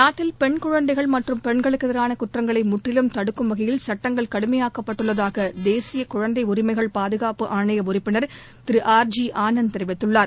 நாட்டில் பெண் குழந்தைகள் மற்றும் பெண்களுக்கு எதிரான குற்றங்களை முற்றிலும் தடுக்கும் வகையில் சட்டங்கள் கடுமையாக்கப்பட்டுள்ளதாக தேசிய குழந்தை உரிமைகள் பாதுகாப்பு ஆணைய உறுப்பினர் திரு ஆர் ஜி ஆனந்த் தெரிவித்துள்ளார்